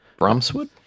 Bromswood